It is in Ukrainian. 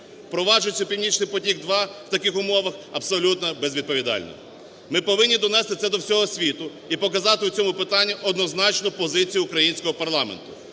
Впроваджувати "Північний потік-2" в таких умовах абсолютно безвідповідально. Ми повинні донести це до всього світу і показати в цьому питанню однозначну позицію українського парламенту.